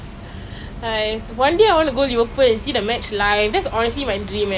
actually we did better we had a couple of good unbeaten draws unbeaten wins